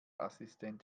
assistent